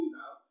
now